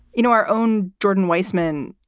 you know, our own jordan weissman,